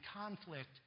conflict